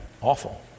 awful